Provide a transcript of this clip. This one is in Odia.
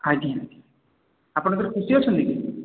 ଆଜ୍ଞା ଆପଣଙ୍କର ଅଛନ୍ତି କି